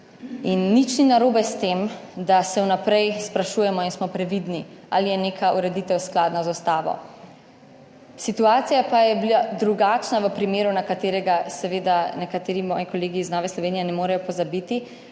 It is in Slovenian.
nič ni narobe s tem, da se vnaprej sprašujemo in smo previdni, ali je neka ureditev skladna z ustavo. Situacija pa je bila drugačna v primeru, na katerega seveda nekateri moji kolegi iz Nove Slovenije ne morejo pozabiti,